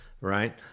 Right